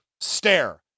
Stare